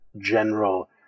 general